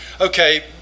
okay